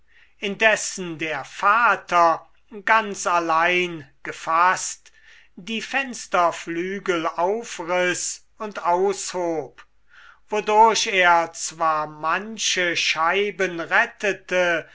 indessen der vater ganz allein gefaßt die fensterflügel aufriß und aushob wodurch er zwar manche scheiben rettete